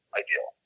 ideal